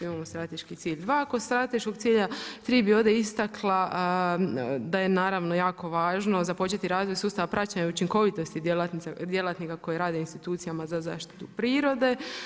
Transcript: Tu imamo strateški cilj 2. Kod strateškog cilja 3. bi ovdje istakla da je naravno, jako važno započeti razvoj sustava praćenja i učinkovitosti djelatnika koji rade u instancijama za zaštitu prirode.